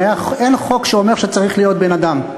אין חוק שאומר שצריך להיות בן-אדם,